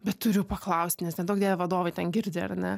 bet turiu paklaust nes neduok dieve vadovai ten girdi ar ne